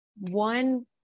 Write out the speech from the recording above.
one